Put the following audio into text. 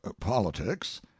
politics